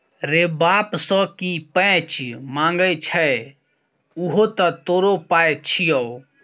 रे बाप सँ की पैंच मांगय छै उहो तँ तोरो पाय छियौ